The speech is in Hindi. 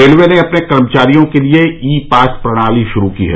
रेलवे ने अपने कर्मचारियों के लिए ई पास प्रणाली शुरू की है